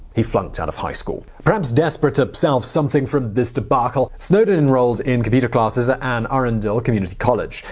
he flunked sort of high school. perhaps desperate to salvage something from this debacle, snowden enrolled in computer classes at anne arundel and ah community college.